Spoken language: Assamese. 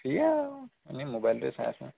এ আৰু এনে মোবাইলটোৱে চাই আছোঁ